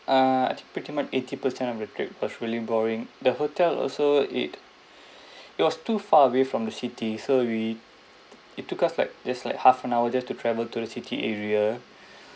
ah pretty much eighty percent of the trip was really boring the hotel also it it was too far away from the city so we it took us like just like half an hour just to travel to the city area